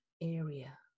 area